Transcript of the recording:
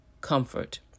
comfort